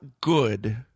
good